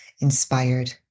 inspired